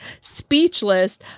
speechless